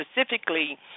specifically